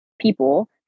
people